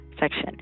section